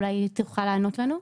אולי היא תוכל לענות לנו.